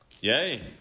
Yay